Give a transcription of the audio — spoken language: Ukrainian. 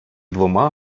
двома